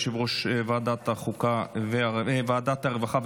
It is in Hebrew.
יושב-ראש ועדת העבודה והרווחה.